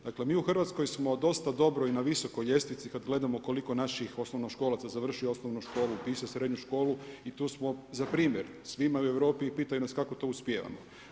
Dakle, mi u Hrvatskoj smo dosta dobro i na visokoj ljestvici, kad gledamo koliko naših osnovnoškolaca završi osnovnu školu, upiše srednju školu i tu smo za primjer, svi imaju u Europi i pitaju nas kako to uspijevamo.